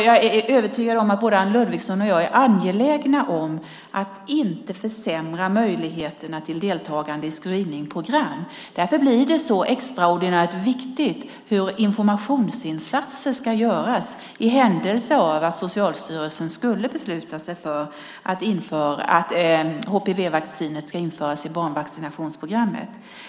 Jag är övertygad om att både Anne Ludvigsson och jag är angelägna om att inte försämra möjligheterna till deltagande i screeningsprogram. Därför blir det extraordinärt viktigt hur informationsinsatser ska utföras i händelse av att Socialstyrelsen skulle besluta sig för att HPV-vaccinet ska införas i barnvaccinationsprogrammet.